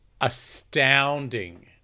astounding